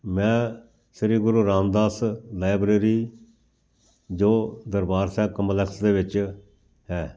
ਮੈਂ ਸ਼੍ਰੀ ਗੁਰੂ ਰਾਮਦਾਸ ਲਾਇਬਰੇਰੀ ਜੋ ਦਰਬਾਰ ਸਾਹਿਬ ਕੰਪਲੈਕਸ ਦੇ ਵਿੱਚ ਹੈ